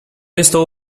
estou